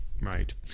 right